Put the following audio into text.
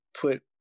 put